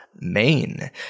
Maine